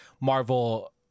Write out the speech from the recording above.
Marvel